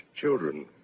children